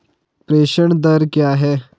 प्रेषण दर क्या है?